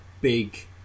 big